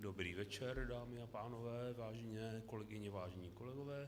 Dobrý večer dámy a pánové, vážené kolegyně, vážení kolegové.